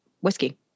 whiskey